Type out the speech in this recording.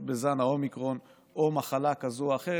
בזן האומיקרון או מחלה כזו או אחרת.